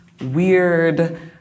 weird